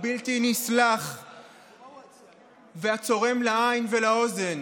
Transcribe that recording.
הבלתי-נסלח והצורם לעין ולאוזן